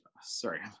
sorry